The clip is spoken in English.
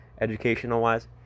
educational-wise